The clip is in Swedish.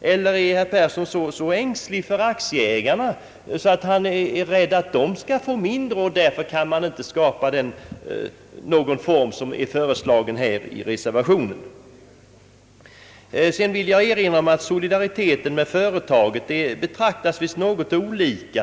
eller är herr Yngve Persson så ängslig för aktieägarna att han är rädd att de skall få mindre utdelning och därför inte kan acceptera den form som är föreslagen i reservationen? Jag vill erinra om att solidariteten mot företaget betraktas något olika.